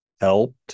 helped